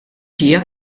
hija